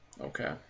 Okay